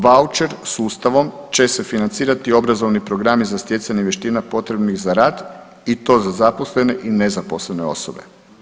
Vaučer sustavom će se financirati obrazovni programi za stjecanje vještina potrebnih za rad i to za zaposlene i nezaposlene osobe.